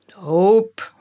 Nope